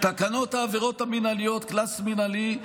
תקנות העבירות המינהליות (קנס מינהלי,